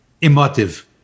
emotive